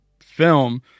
film